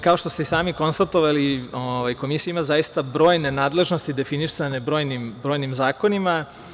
Kao što ste i sami konstatovali, Komisija ima zaista brojne nadležnosti definisane brojnim zakonima.